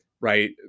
right